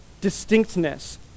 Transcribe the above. distinctness